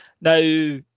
Now